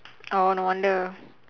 oh no wonder